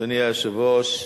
אדוני היושב-ראש,